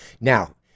Now